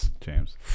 James